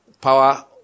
power